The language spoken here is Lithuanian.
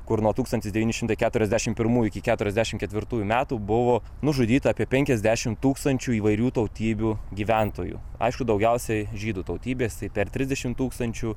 kur nuo tūkstantis devyni šimtai keturiasdešim primųjų iki keturiasdešim ketvirtųjų metų buvo nužudyta apie penkiasdešim tūkstančių įvairių tautybių gyventojų aišku daugiausiai žydų tautybės per trisdešim tūkstančių